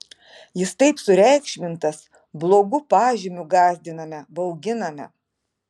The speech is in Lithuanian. jis taip sureikšmintas blogu pažymiu gąsdiname bauginame